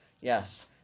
Yes